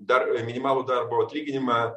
dar minimalų darbo atlyginimą